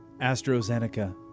AstraZeneca